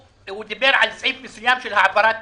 הוא דיבר על סעיף מסוים של העברה תקציבית,